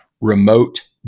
remote